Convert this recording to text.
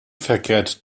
verkehrt